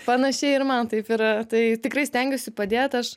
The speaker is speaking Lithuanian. panašiai ir man taip yra tai tikrai stengiuosi padėt aš